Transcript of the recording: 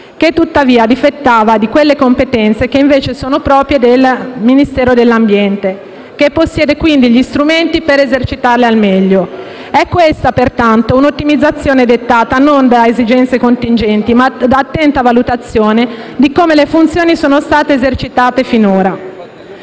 che tuttavia difettava di quelle competenze che invece sono proprie del Ministero dell'ambiente, che possiede quindi gli strumenti per esercitarle al meglio. È questa, pertanto, un'ottimizzazione dettata non da esigenze contingenti, ma da attenta valutazione di come le funzioni sono state esercitate finora.